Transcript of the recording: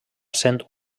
sent